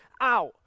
out